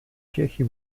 kirche